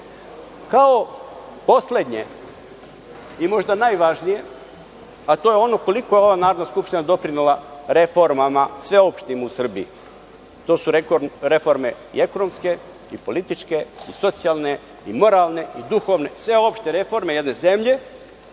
poslednje i možda najvažnije, a to je koliko je ova Narodna skupština doprinela reformama sveopštim u Srbiji. To su reforme i ekonomske i političke i socijalne i moralne i duhovne, sveopšte reforme jedne zemlje